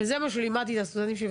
וזה מה שלימדתי את הסטודנטים שלי,